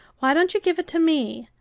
why don't you give it to me?